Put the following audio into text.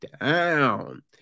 down